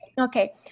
Okay